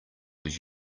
was